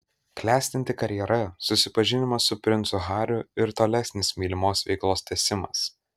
klestinti karjera susipažinimas su princu hariu ir tolesnis mylimos veiklos tęsimas